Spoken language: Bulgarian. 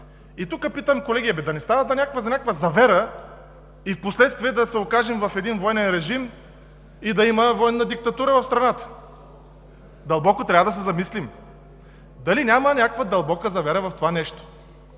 И питам, колеги: да не става дума за някаква завера – впоследствие да се окажем във военен режим и да има военна диктатура в страната?! Дълбоко трябва да се замислим дали няма някаква дълбока завера в това нещо.